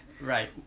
Right